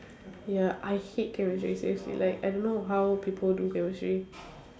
ya I hate chemistry seriously like I don't know how people do chemistry